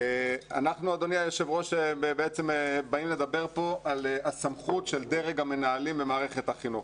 אנחנו בעצם באים לדבר כאן על הסמכות של דרג המנהלים במערכת החינוך.